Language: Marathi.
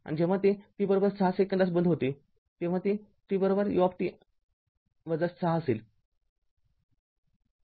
आणि जेव्हा ते t ६ सेकंदास बंद होते तेव्हा ते १० ut ६ असेल बरोबर